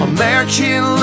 American